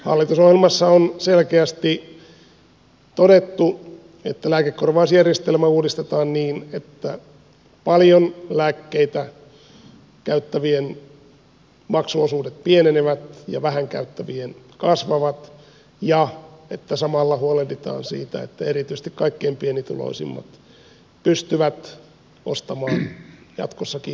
hallitusohjelmassa on selkeästi todettu että lääkekorvausjärjestelmä uudistetaan niin että paljon lääkkeitä käyttävien maksuosuudet pienenevät ja vähän käyttävien kasvavat ja että samalla huolehditaan siitä että erityisesti kaikkein pienituloisimmat pystyvät ostamaan jatkossakin itselleen lääkkeitä